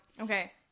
Okay